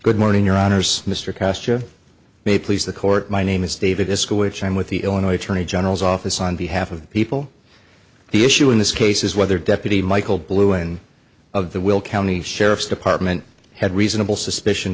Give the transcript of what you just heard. good morning your honors mr caster may please the court my name is david this school which i'm with the illinois attorney general's office on behalf of people the issue in this case is whether deputy michael blue and of the will county sheriff's department had reasonable suspicion